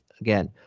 again